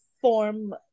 form